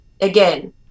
again